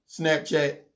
Snapchat